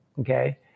okay